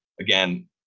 again